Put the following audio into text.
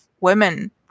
women